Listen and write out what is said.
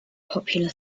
popular